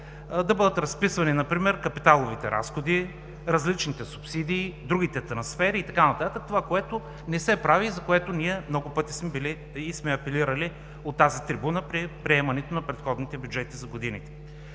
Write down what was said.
да бъдат разписвани например капиталовите разходи, различните субсидии, другите трансфери и така нататък. Това не се прави, за което ние много пъти сме апелирали от тази трибуна при приемането на предходните бюджети за години.